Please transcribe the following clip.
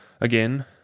Again